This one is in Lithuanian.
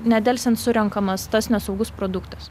nedelsiant surenkamas tas nesaugus produktas